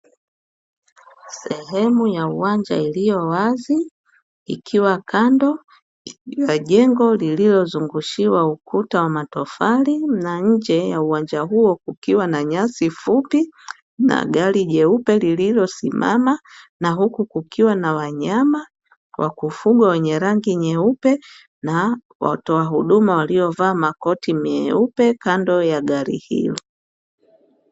Sehemu ya uwanja iliyo wazi, ikiwa kando ya jengo lililozungushiwa ukuta wa matofali na nje ya uwanja huo kukiwa na nyasi fupi na gari jeupe lililosimama na huku kukiwa na Wanyama wa kufugwa wenye rangi nyeupe na watoa huduma waliovaa makoti mieupe kando ya gari hilo.